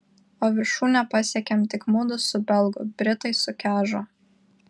o viršūnę pasiekėm tik mudu su belgu britai sukežo